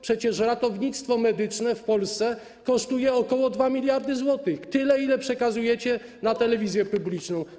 Przecież ratownictwo medyczne w Polsce kosztuje ok. 2 mld zł, czyli tyle, ile przekazujecie na telewizję publiczną.